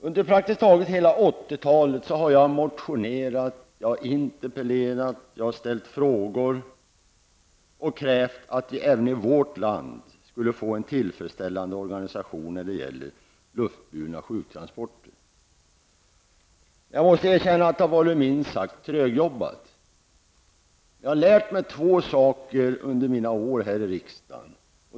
Under praktiskt taget hela 80-talet har jag motionerat, interpellerat och ställt frågor där jag krävt att vi även i vårt land skulle få en tillfredsställande organisation när det gäller luftburna sjuktransporter. Jag måste erkänna att det har varit minst sagt trögjobbat. Jag har lärt mig två saker under mina år här i riksdagen.